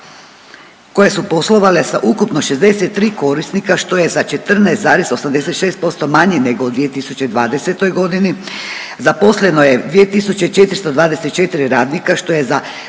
koje su poslovale sa ukupno 63 korisnika što je za 14,86% manje nego u 2020. godini. Zaposleno je 2424 radnika što je za